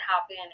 happen